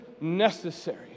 necessary